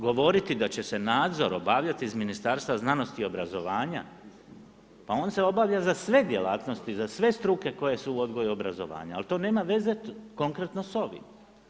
Govoriti da će se nadzor obavljati iz Ministarstva znanosti i obrazovanja pa on se obavlja za sve djelatnosti i za sve struke koje su u odgoju i obrazovanju, ali to nema veze konkretno s ovim.